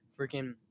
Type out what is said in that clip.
freaking